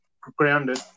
grounded